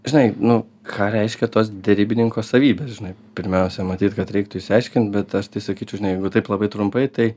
žinai nu ką reiškia tos derybininko savybės žinai pirmiausia matyt kad reiktų išsiaiškint bet aš tai sakyčiau žinai jeigu taip labai trumpai tai